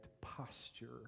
posture